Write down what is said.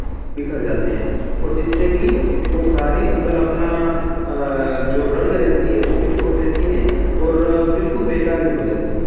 बिखर जाते हैं और जिससे कि वह सारी फ़सल अपना जो रंग रहती है वह भी छोड़ देती है और बिलकुल बेकार ही हो जाती